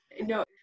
no